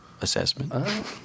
assessment